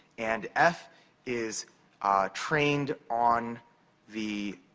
and f is trained on the